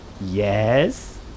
Yes